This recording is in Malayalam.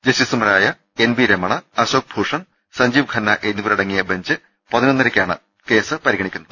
ജസ്റ്റിസുമാരായ എൻ വി രമണ അശോക് ഭൂഷൺ സഞ്ജീവ് ഖന്ന എന്നിവരടങ്ങിയ ബെഞ്ച് പതിനൊന്നരയ്ക്കാണ് പരിഗണിയ്ക്കുന്നത്